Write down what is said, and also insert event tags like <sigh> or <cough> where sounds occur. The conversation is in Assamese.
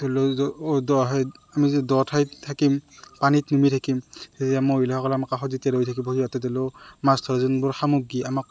ধৰি লওক <unintelligible> আমি যি দ ঠাইত থাকিম পানীত নামি থাকিম তেতিয়া আমাৰ মহিলাসকলে আমাৰ কাষত যেতিয়া ৰৈ থাকিব সিহঁতে ধৰিলেও মাছ ধৰা যোনবোৰ সামগ্ৰী আমাক